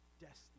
destiny